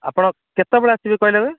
ଆପଣ କେତେବେଳେ ଆସିବେ କହିଲେ ଏବେ